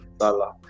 Salah